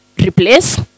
replace